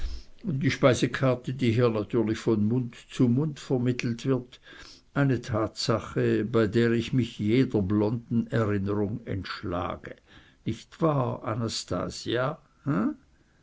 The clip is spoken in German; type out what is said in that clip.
die speisekarte die hier natürlich von mund zu mund vermittelt wird eine tatsache bei der ich mich jeder blonden erinnerung entschlage nicht wahr anastasia